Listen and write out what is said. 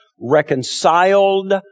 reconciled